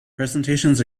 presentations